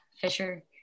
Fisher